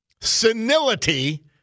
senility